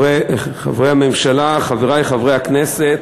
חברי הממשלה, חברי חברי הכנסת,